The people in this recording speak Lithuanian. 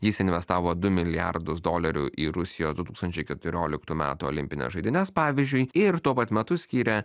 jis investavo du milijardus dolerių į rusijos du tūkstančiai keturioliktų metų olimpines žaidynes pavyzdžiui ir tuo pat metu skyrė